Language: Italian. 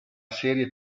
serie